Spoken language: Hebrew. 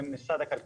אני ממשרד הכלכלה.